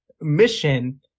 mission